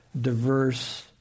diverse